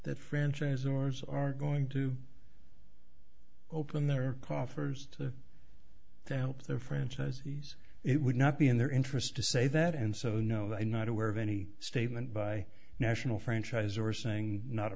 that franchise owners are going to open their coffers to doubt their franchisees it would not be in their interest to say that and so no i am not aware of any statement by national franchiser saying not a